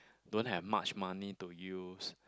don't have much money to use